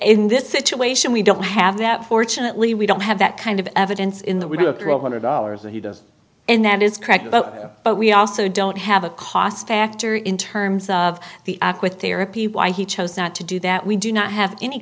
in this situation we don't have that fortunately we don't have that kind of evidence in that we have two hundred dollars that he does and that is correct but we also don't have a cost factor in terms of the with therapy why he chose not to do that we do not have any